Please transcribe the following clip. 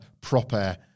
proper